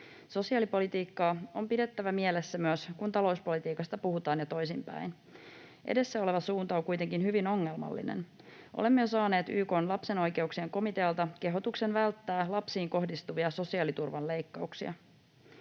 Sosiaalipolitiikka on pidettävä mielessä myös, kun talouspolitiikasta puhutaan, ja toisinpäin. Edessä oleva suunta on kuitenkin hyvin ongelmallinen. Olemme jo saaneet YK:n lasten oikeuksien komitealta kehotuksen välttää lapsiin kohdistuvia sosiaaliturvan leikkauksia.